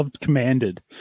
commanded